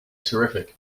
terrific